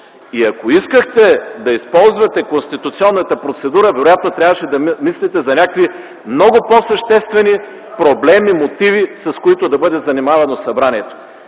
Ако искахте да използвате конституционната процедура, вероятно трябваше да мислите за някакви много по-съществени проблеми, мотиви, с които да бъде занимавано събранието.